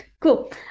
cool